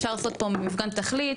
אפשר לעשות פה מפגן תכלית,